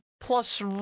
Plus